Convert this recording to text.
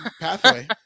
pathway